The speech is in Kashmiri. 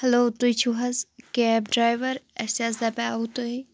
ہیلو تُہۍ چھِ حظ کیب ڈرایوَر اَسۍ حظ دَپیو تۄہہِ